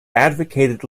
advocated